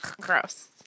gross